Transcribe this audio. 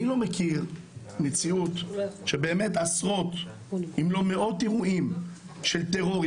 אני לא מכיר מציאות שעשרות אם לא מאות אירועים של טרור,